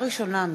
לקריאה ראשונה,